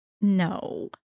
No